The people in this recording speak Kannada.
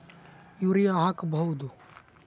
ಯೂರಿಯ ಹಾಕ್ ಬಹುದ?